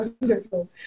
wonderful